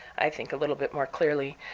i think, a little bit more clearly.